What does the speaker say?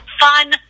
fun